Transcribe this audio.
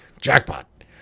Jackpot